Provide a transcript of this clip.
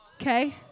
Okay